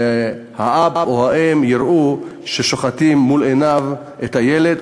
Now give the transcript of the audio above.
האב או האם יראו ששוחטים מול עיניהם את הילד,